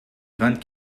vingt